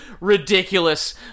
ridiculous